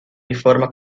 riforma